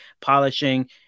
polishing